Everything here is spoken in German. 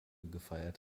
gefeiert